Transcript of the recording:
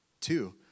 Two